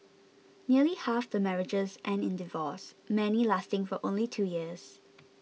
nearly half the marriages end in divorce many lasting for only two years